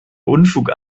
unfug